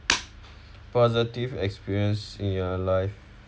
positive experience in your life